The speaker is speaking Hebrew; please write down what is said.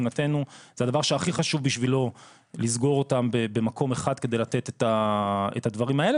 זה הדבר שהכי חשוב בשבילו לסגור אותם במקום אחד כדי לתת את הדברים האלה,